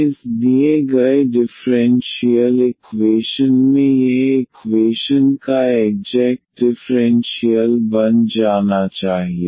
IM∂yIN∂x इस दिए गए डिफरेंशियल इक्वेशन में यह इक्वेशन का एग्जेक्ट डिफ़्रेंशियल बन जाना चाहिए